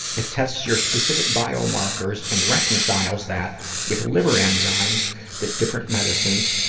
it tests your specific biomarkers and reconciles that with liver enzymes that different medicines